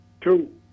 Two